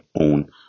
own